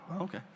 Okay